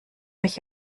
mich